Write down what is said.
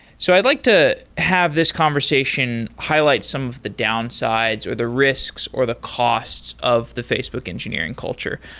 so i'd like to have this conversation highlight some of the downsides, or the risks, or the costs of the facebook engineering culture.